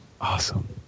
Awesome